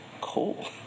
cool